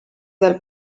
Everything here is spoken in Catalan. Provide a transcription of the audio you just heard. del